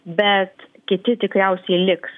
bet kiti tikriausiai liks